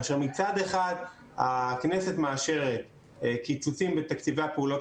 מצד אחד הכנסת מאשרת קיצוצים בתקציבי הפעולות